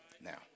Now